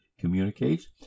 communicates